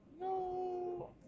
No